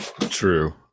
True